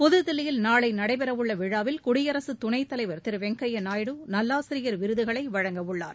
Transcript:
புதுதில்லியில் நாளை நடைபெறவுள்ள விழாவில் குடியரசுத் துணைத் தலைவர் திரு வெங்கய்யா நாயுடு நல்லாசிரியர் விருதுகளை வழங்க உள்ளார்